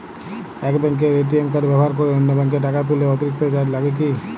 এক ব্যাঙ্কের ATM card ব্যবহার করে অন্য ব্যঙ্কে টাকা তুললে অতিরিক্ত চার্জ লাগে কি?